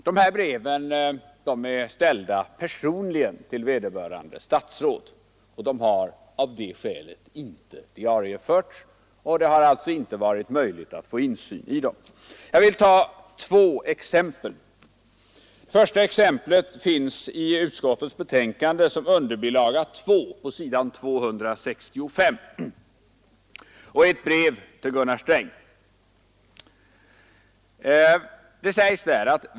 De här breven är ställda personligen till vederbörande statsråd och har av det skälet inte diarieförts. Det har alltså inte varit möjligt att få insyn i dem. Jag vill ta två exempel. Det första exemplet finns på s.265 som underbilaga 2 till bilaga 11 och är ett brev till Gunnar Sträng.